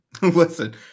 Listen